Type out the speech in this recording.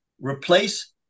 replace